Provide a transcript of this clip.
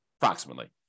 approximately